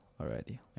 already